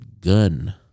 gun